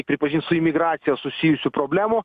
pripažint su imigracija susijusių problemų